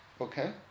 Okay